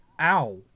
ow